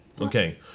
Okay